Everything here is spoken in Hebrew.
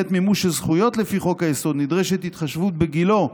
בעת מימוש הזכויות לפי חוק-היסוד נדרשת התחשבות בגילו.